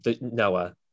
Noah